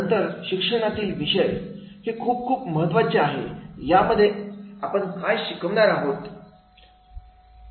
नंतर शिक्षणातील विषय ही खूप खूप महत्त्वाचे आहे यामध्ये आपण काय शिकणार आहे हे असेल